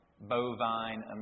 bovine